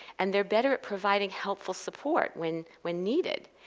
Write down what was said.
and they are better at providing helpful support when when needed.